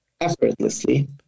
effortlessly